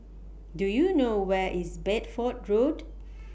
Do YOU know Where IS Bedford Road